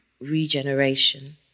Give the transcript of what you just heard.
regeneration